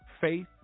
faith